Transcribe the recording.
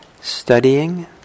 studying